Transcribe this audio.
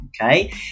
Okay